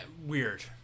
weird